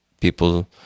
people